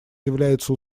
является